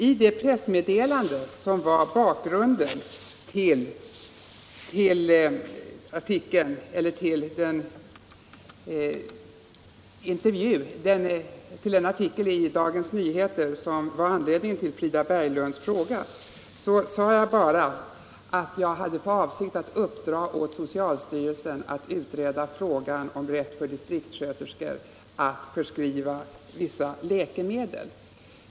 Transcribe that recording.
I det pressmeddelande som var bakgrunden till den nyhetsartikel i en dagstidning som förorsakade Frida Berglunds fråga framhöll jag bara att jag hade för avsikt att uppdra åt socialstyrelsen att utreda frågan om rätt för distriktssköterskor att förskriva vissa läkemedel.